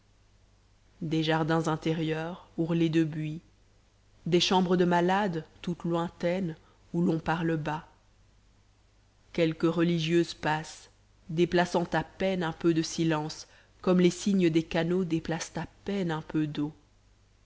jardins intérieurs ourlés de buis des chambres de malades toutes lointaines où l'on parle bas quelques religieuses passent déplaçant à peine un peu de silence comme les cygnes des canaux déplacent à peine un peu d'eau